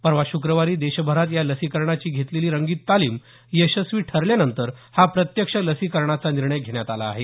परवा शुक्रवारी देशभरात या लसीकरणाची घेतलेली रंगीत तालीम यशस्वी ठरल्यानंतर हा प्रत्यक्ष लसीकरणाचा निर्णय घेण्यात आला आहे